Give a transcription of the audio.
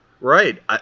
Right